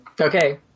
Okay